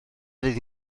fydd